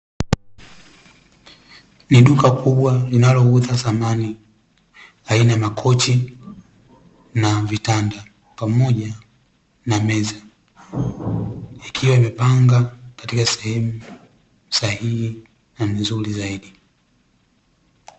Ni duka kubwa linalouza samani aina ya makochi na vitanda pamoja na meza, ikiwa imepangwa katika sehemu sahihi na nzuri zaidi.